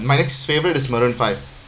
my next favorite is maroon five